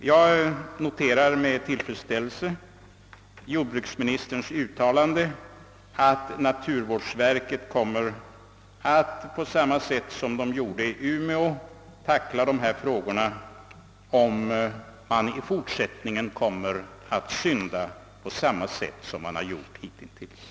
Jag noterar nu med tillfredsställelse jordbruksministerns uttalande att naturvårdsverket kommer att angripa dessa problem på samma sätt som verket gjort i umeåfallet, om någon i fortsättningen kommer att försynda sig på det vis som hittills har förekommit.